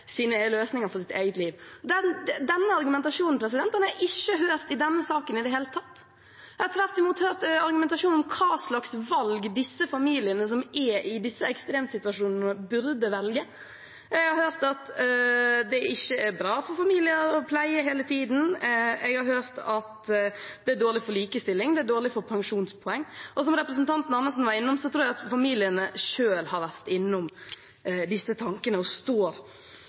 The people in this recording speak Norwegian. sine løsninger for sitt eget liv. Denne argumentasjonen har jeg ikke hørt i denne saken i det hele tatt. Jeg har tvert imot hørt en argumentasjon om hvilke valg familiene som er i disse ekstremsituasjonene, burde ta. Jeg har hørt at det ikke er bra for familier å pleie hele tiden. Jeg har hørt at det er dårlig for likestilling, dårlig for pensjonspoeng. Som representanten Andersen var innom, tror jeg at familiene selv har vært innom disse tankene, de står